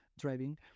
driving